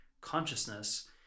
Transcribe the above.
consciousness